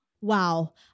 Wow